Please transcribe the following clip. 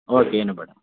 okay ಏನು ಬೇಡ